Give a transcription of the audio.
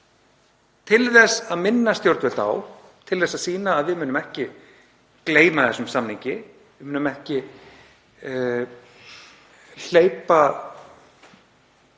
til þess að minna stjórnvöld á, til að sýna að við munum ekki gleyma þessum samningi, munum ekki leyfa